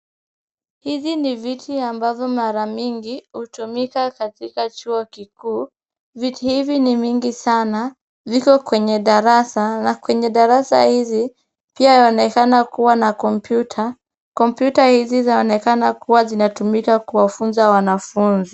Hizi ni viti ambazo mara nyingi hutumika katika chuo kikuu. Viti hivi ni mingi sana. Viko kwenye darasa na kwenye darasa hizi, pia yaonekana kuwa na computer . Computer hizi zaonekana kuwa zitumika kuwafunza wanafunzi.